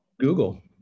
Google